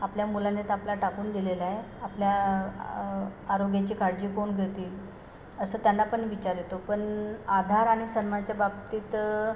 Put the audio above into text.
आपल्या मुलांनी तर आपल्याला टाकून दिलेल आहे आपल्या आ आरोग्याची काळजी कोण घेतील असं त्यांना पण विचार येतो पण आधार आणि सन्मानाच्या बाबतीत